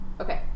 Okay